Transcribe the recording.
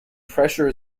pressure